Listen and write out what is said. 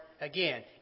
again